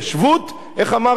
איך אמרת?